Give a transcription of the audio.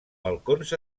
balcons